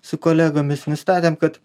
su kolegomis nustatėm kad